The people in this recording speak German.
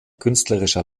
künstlerischer